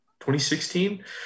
2016